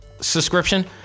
subscription